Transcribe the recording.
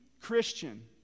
Christian